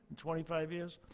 twenty five years?